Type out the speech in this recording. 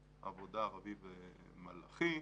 העבודה, רביד מלאכי,